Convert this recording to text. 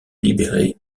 libérer